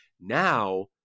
Now